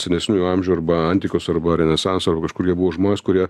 senesniųjų amžių arba antikos arba renesanso ar kažkur jie buvo žmonės kurie